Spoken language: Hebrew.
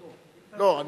לא, לא,